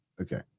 Okay